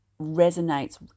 resonates